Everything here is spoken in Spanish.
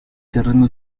terreno